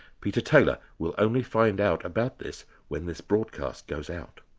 peter taylor will only find out about this when this broadcast goes out.